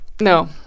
no